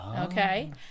okay